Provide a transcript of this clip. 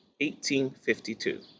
1852